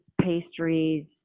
pastries